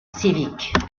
civique